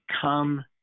come